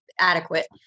adequate